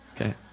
Okay